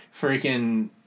freaking